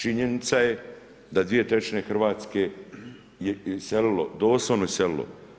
Činjenica je da dvije trećine Hrvatske je iselilo doslovno iselilo.